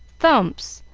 thumps,